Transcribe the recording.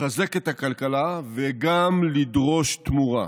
לחזק את הכלכלה וגם לדרוש תמורה.